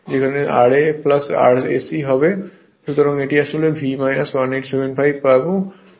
সুতরাং এটি আসলে V 1875 পাবে